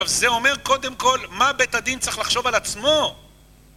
זה אומר, קודם כל, מה בית הדין צריך לחשוב על עצמו?